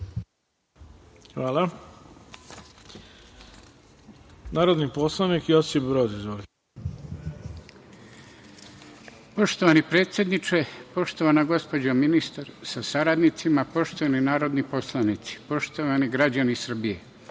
ima narodni poslanik Josip Broz. Izvolite. **Josip Broz** Poštovani predsedniče, poštovana gospođo ministarka sa saradnicima, poštovani narodni poslanici, poštovani građani Srbije,